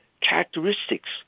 characteristics